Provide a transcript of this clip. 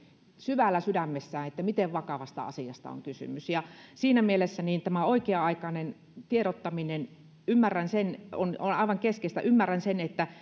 syvällä sydämessään sitä miten vakavasta asiasta on kysymys ja siinä mielessä tämä oikea aikainen tiedottaminen on aivan keskeistä ymmärrän sen että